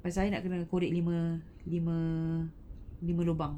lepas I nak kena korek lima lima lima lubang